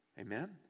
Amen